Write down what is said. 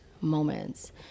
moments